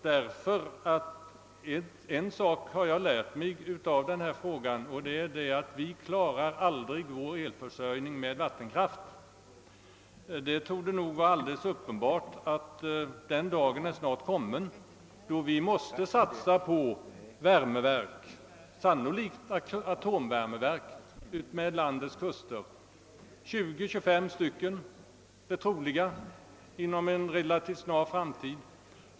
Jag har nämligen lärt mig en sak vid denna frågas behandling, och det är att vi aldrig kommer att klara vår elförsörjning med enbart vattenkraft. Det torde vara alldeles uppenbart att den dagen snart är kommen då vi måste satsa på värmeverk, sannolikt atomvärmeverk utefter landets kuster. Det troliga är att 20 å 25 värmeverk måste uppföras inom en relativt snar framtid.